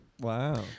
Wow